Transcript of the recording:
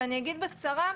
אגיד בקצרה,